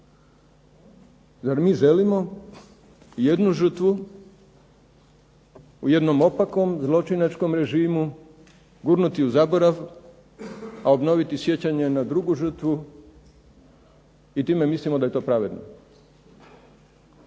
Zar mi želimo jednu žrtvu u jednom opakom zločinačkom režimu gurnuti u zaborav, a obnoviti sjećanje na drugu žrtvu i time mislimo da je to pravedno.